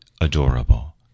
adorable